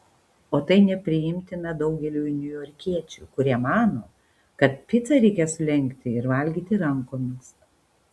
o tai nepriimtina daugeliui niujorkiečių kurie mano kad picą reikia sulenkti ir valgyti rankomis